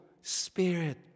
spirit